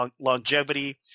longevity